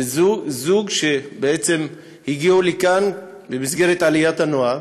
זה זוג שהגיע לכאן במסגרת עליית הנוער,